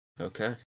Okay